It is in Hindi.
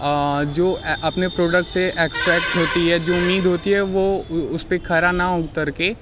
जो अपने प्रोडक्ट्स से ऐक्सपेक्ट होती है जो उम्मीद होती है वो उसपे खरा ना उतर के